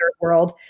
world